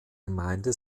gemeinde